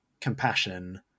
compassion